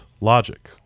Logic